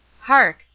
Hark